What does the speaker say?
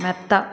മെത്ത